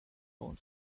own